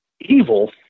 evil